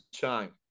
time